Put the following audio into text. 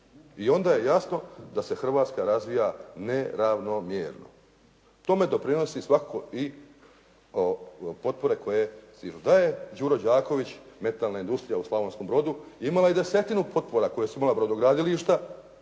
I onda je jasno da se Hrvatska razvoja neravnomjerno. Tome doprinose svakako i potpore koje da je "Đuro Đaković", Metalna industrija u Slavonskom Brodu, imala i desetinu potpora koje su imala brodogradilišta